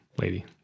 lady